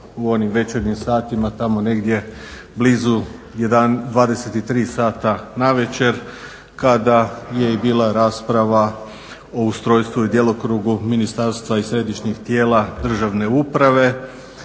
onim večernjim satima tamo negdje blizu 23,00 navečer kada je i bila rasprava o ustrojstvu i djelokrugu ministarstva i središnjih tijela državne uprave